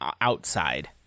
outside